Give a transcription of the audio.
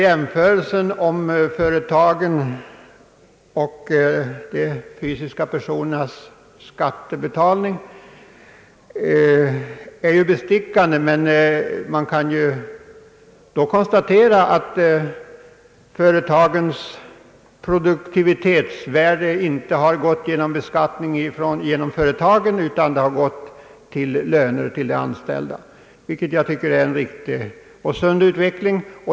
Jämförelsen mellan företagens och de fysiska personernas skattebetalningar är bestickande, men man bör då konstatera att företagens produktivitet inte har gått till ökade skatter utan har i stället gått till höjda löner till de anställda. Jag tycker att detta är en riktig och sund utveckling.